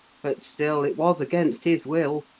but still, it was against his will.